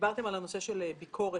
דיברתם על הנושא של ביקורת.